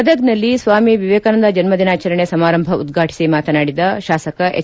ಗದಗ್ನಲ್ಲಿ ಸ್ನಾಮಿ ವಿವೇಕಾನಂದ ಜನ್ನದಿನಾಚರಣೆ ಸಮಾರಂಭ ಉದ್ಘಾಟಿಸಿ ಮಾತನಾಡಿದ ಶಾಸಕ ಎಚ್